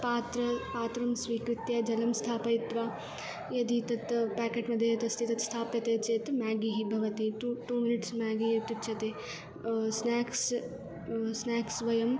पात्रं पात्रं स्वीकृत्य जलं स्थापयित्वा यदि तत् प्याकेट्मध्ये तस्य तत् स्थापयते चेत् म्यागिः भवति टु टु मिनिट्स् म्यागि इत्युच्यते स्न्याक्स् स्न्याक्स् वयम्